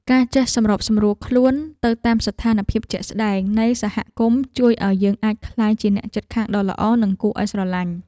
ការចេះសម្របសម្រួលខ្លួនទៅតាមស្ថានភាពជាក់ស្តែងនៃសហគមន៍ជួយឱ្យយើងក្លាយជាអ្នកជិតខាងដ៏ល្អនិងគួរឱ្យស្រឡាញ់។